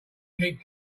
keep